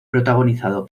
protagonizado